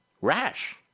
Rash